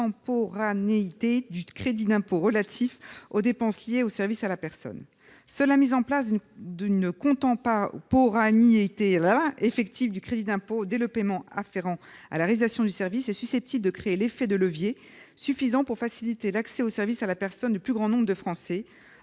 contemporanéité du crédit d'impôt relatif aux dépenses liées aux services à la personne. Seule la mise en place d'une contemporanéité effective du crédit d'impôt dès le paiement afférent à la réalisation du service est susceptible de créer l'effet de levier suffisant pour faciliter l'accès aux services à la personne du plus grand nombre de Français-